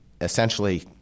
essentially